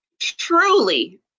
truly